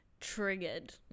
triggered